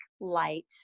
light